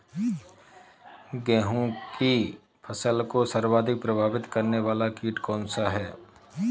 गेहूँ की फसल को सर्वाधिक प्रभावित करने वाला कीट कौनसा है?